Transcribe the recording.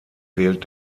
wählt